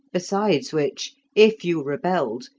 besides which, if you rebelled,